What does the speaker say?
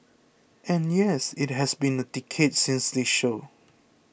and yes it has been a decade since this show